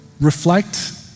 reflect